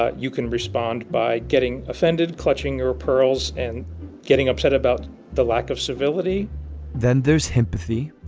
ah you can respond by getting offended clutching your pearls and getting upset about the lack of civility then there's empathy.